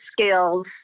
skills